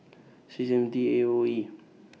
six M T A O E